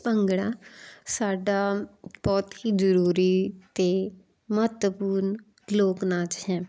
ਭੰਗੜਾ ਸਾਡਾ ਬਹੁਤ ਹੀ ਜ਼ਰੂਰੀ ਅਤੇ ਮਹੱਤਵਪੂਰਨ ਲੋਕ ਨਾਚ ਹੈ